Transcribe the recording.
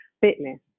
fitness